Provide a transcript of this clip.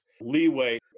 leeway